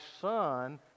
son